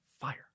fire